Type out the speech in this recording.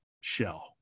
shell